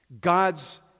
God's